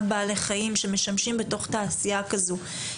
בעלי חיים שמשמשים בתוך תעשייה כזו.